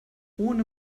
ohne